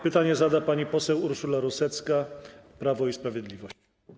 Pytanie zada pani poseł Urszula Rusecka, Prawo i Sprawiedliwość.